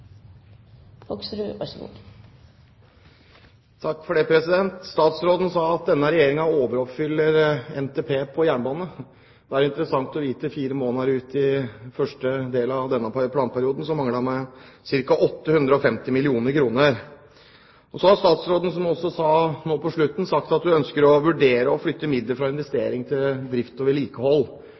ikkje å så tvil om kvarandre, og sørgja for at det felles lyftet som ligg i Nasjonal transportplan, blir realisert. Det blir replikkordskifte. Statsråden sa at denne regjeringen overoppfyller Nasjonal transportplan når det gjelder jernbane. Det er det interessant å få vite fire måneder ut i første del av denne planperioden, der det mangler ca. 850 mill. kr. Så sa også statsråden nå på slutten at hun vurderer å flytte midler fra investering til drift